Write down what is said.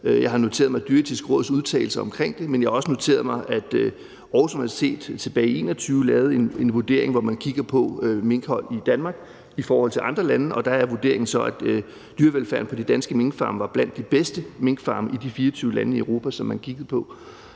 Jeg har noteret mig Det Dyreetiske Råds udtalelser omkring det, men jeg har også noteret mig, at Aarhus Universitet tilbage i 2021 lavede en vurdering, hvor man kiggede på minkhold i Danmark i forhold til andre lande, og der var vurderingen i forhold til dyrevelfærden så, at de danske minkfarme var blandt de bedste minkfarme i de 24 lande i Europa, som man kiggede på.